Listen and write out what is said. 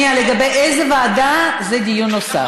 לגבי איזו ועדה, זה דיון נוסף.